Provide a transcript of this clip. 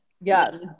Yes